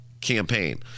campaign